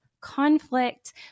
conflict